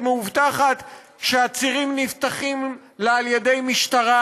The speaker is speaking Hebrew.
מאובטחת שהצירים נפתחים לה על ידי משטרה,